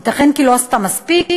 ייתכן שהיא לא עשתה מספיק,